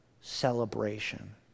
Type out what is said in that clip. celebration